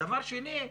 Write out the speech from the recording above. דבר שני,